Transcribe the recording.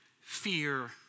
fear